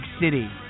city